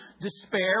despair